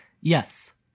Yes